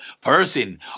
person